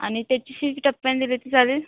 आणि त्याची फी टप्प्याने दिली तर चालेल